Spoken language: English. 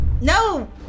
No